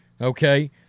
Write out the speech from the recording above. Okay